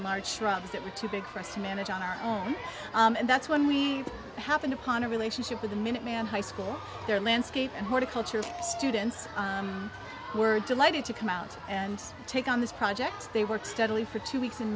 in march shrubs that were too big for us to manage on our own and that's when we happened upon a relationship with the minuteman high school there landscape and horticulture students were delighted to come out and take on this project they worked steadily for two weeks in